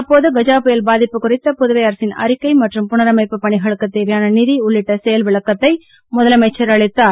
அப்போது கஜா புயல் பாதிப்பு குறித்த புதுவை அரசின் அறிக்கை மற்றும் புனரமைப்பு பணிகளுக்கு தேவையான நிதி உள்ளிட்ட செயல் விளக்கத்தை முதலமைச்சர் அளித்தார்